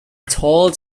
told